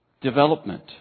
development